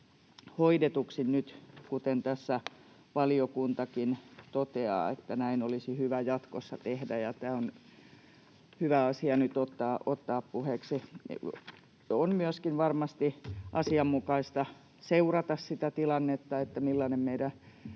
hoidetuksi nyt — kuten tässä valiokuntakin toteaa, että näin olisi hyvä jatkossa tehdä. Tämä on hyvä asia nyt ottaa puheeksi. On myöskin varmasti asianmukaista seurata sitä tilannetta, millainen meidän